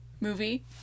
movie